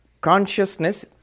Consciousness